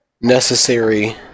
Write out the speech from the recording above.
necessary